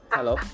Hello